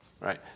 right